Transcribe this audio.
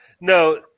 no